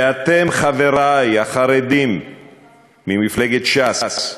ואתם, חברי החרדים ממפלגת ש"ס,